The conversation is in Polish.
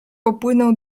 popłynął